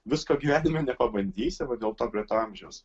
visko gyvenime nepabandysi va dėl to prie to amžiaus